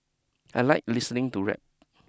I like listening to rap